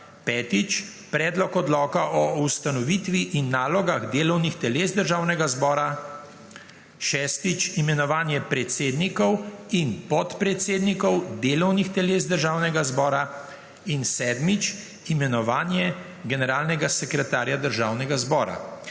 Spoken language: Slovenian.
5. Predlog odloka o ustanovitvi in nalogah delovnih teles Državnega zbora 6. Imenovanje predsednikov in podpredsednikov delovnih teles Državnega zbora 7. Imenovanje generalnega sekretarja Državnega zbora